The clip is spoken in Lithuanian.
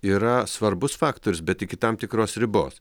yra svarbus faktorius bet iki tam tikros ribos